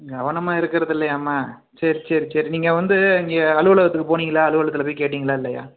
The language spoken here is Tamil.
கவனமாக இருக்கிறதில்லையாம்மா சரி சரி சரி நீங்கள் வந்து இங்கே அலுவலகத்துக்கு போனிங்களா அலுவலகத்தில் போய் கேட்டிங்களா இல்லையா